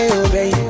baby